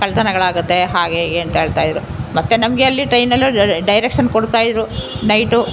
ಕಳ್ಳತನಗಳಾಗತ್ತೆ ಹಾಗೆ ಹೀಗೆ ಅಂತ ಹೇಳ್ತಾಯಿದ್ರು ಮತ್ತೆ ನಮಗೆ ಅಲ್ಲಿ ಟ್ರೈನಲ್ಲಿ ಡೈರೆಕ್ಷನ್ ಕೊಡ್ತಾಯಿದ್ರು ನೈಟು